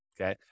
okay